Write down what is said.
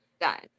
done